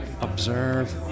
observe